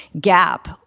gap